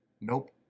Nope